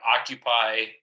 occupy